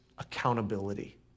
accountability